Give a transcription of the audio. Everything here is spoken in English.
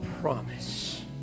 promise